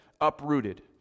uprooted